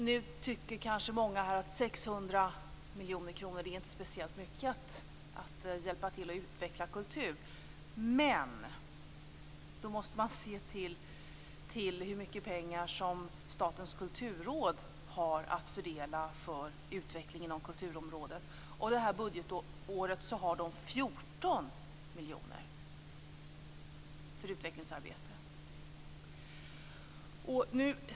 Nu tycker kanske många att 600 miljoner kronor inte är speciellt mycket för att hjälpa till att utveckla kultur. Men då måste man se det i relation till hur mycket pengar som Statens kulturråd har att fördela för utvecklingen av kulturområdet. Det här budgetåret har de 14 miljoner för utvecklingsarbete.